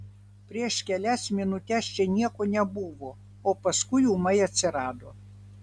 prieš kelias minutes čia nieko nebuvo o paskui ūmai atsirado